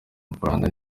mafaranga